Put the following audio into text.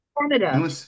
Canada